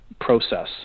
process